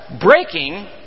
breaking